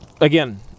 again